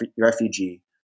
refugee